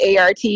ART